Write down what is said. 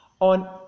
On